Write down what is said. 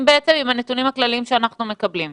עם הנתונים הכלליים שאנחנו מקבלים.